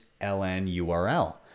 LNURL